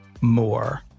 more